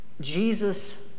Jesus